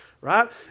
right